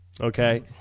Okay